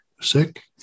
sick